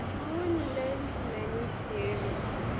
full lens many parents